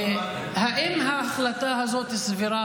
האם ההחלטה הזאת סבירה?